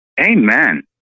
Amen